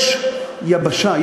יש יבשה.